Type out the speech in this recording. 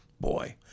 Boy